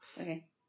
Okay